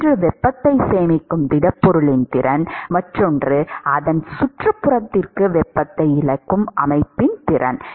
ஒன்று வெப்பத்தை சேமிக்கும் திடப்பொருளின் திறன் மற்றொன்று அதன் சுற்றுப்புறத்திற்கு வெப்பத்தை இழக்கும் அமைப்பின் திறன்